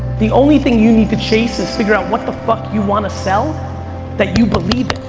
the only thing you need to chase, is figure out what the fuck you want to sell that you believe in.